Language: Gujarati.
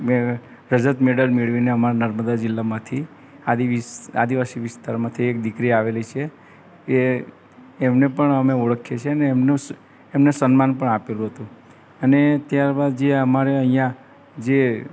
મેં રજત મેડલ મેળવીને અમારા નર્મદા જિલ્લામાંથી આદિવાસી વિસ્તારમાંથી એક દીકરી આવેલી છે એ એમને પણ અમે ઓળખીએ છીએ અને એમને સન્માન પણ આપેલું હતું અને ત્યારબાદ જે આ અમારે અહીંયા જે